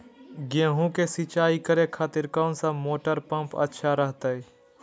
गेहूं के सिंचाई करे खातिर कौन सा मोटर पंप अच्छा रहतय?